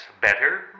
better